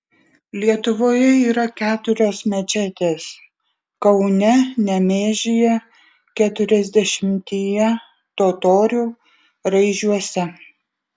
lietuvoje yra keturios mečetės kaune nemėžyje keturiasdešimtyje totorių raižiuose